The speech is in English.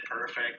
perfect